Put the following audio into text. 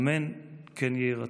אמן כן יהי רצון.